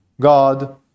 God